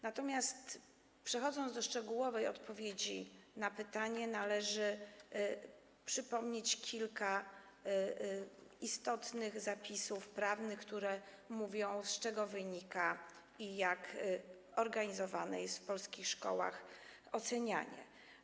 Natomiast przechodząc do szczegółowej odpowiedzi na pytanie, należy przypomnieć kilka istotnych zapisów prawnych, które mówią o tym, z czego wynika i jak organizowane jest w polskich szkołach ocenianie.